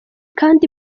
kandi